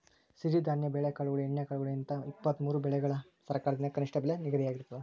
ಸಿರಿಧಾನ್ಯ ಬೆಳೆಕಾಳುಗಳು ಎಣ್ಣೆಕಾಳುಗಳು ಹಿಂತ ಇಪ್ಪತ್ತಮೂರು ಬೆಳಿಗಳಿಗ ಸರಕಾರದಿಂದ ಕನಿಷ್ಠ ಬೆಲೆ ನಿಗದಿಯಾಗಿರ್ತದ